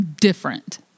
different